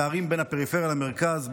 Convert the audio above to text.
פערים בין הפריפריה למרכז,